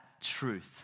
truth